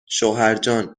شوهرجاننایلون